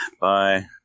Bye